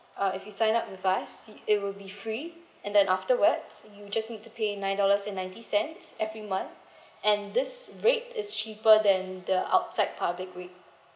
uh if you sign up with us it it will be free and then afterwards you just need to pay nine dollars and ninety cents every month and this rate is cheaper than the outside public rate